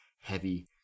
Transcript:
heavy